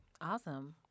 awesome